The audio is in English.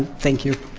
thank you,